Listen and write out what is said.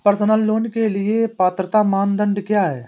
Personal loan के लिए पात्रता मानदंड क्या हैं?